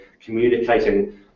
communicating